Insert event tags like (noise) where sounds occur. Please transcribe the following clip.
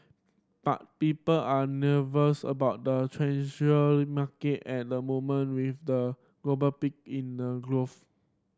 but people are nervous about the (unintelligible) in market at the moment with a global pick in the growth